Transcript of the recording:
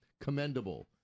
commendable